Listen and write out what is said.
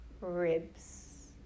ribs